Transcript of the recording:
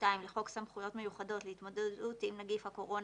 2 לחוק סמכויות מיוחדות להתמודדות עם נגיף הקורונה,